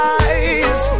eyes